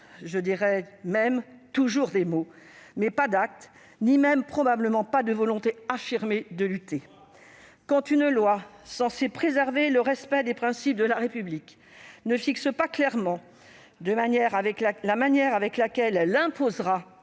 mots, si je puis dire, mais pas d'actes, ni même probablement de volonté affirmée de lutter. Quand une loi censée préserver le respect des principes de la République ne fixe pas clairement la manière avec laquelle elle imposera